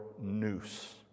noose